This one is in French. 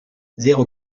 zéro